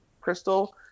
Crystal